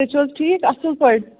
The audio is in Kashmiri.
تُہۍ چھِو حظ ٹھیٖک اَصٕل پٲٹھۍ